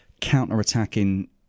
counter-attacking